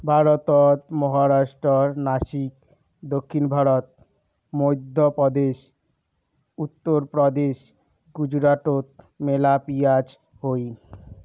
ভারতত মহারাষ্ট্রর নাসিক, দক্ষিণ ভারত, মইধ্যপ্রদেশ, উত্তরপ্রদেশ, গুজরাটত মেলা পিঁয়াজ হই